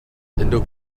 indo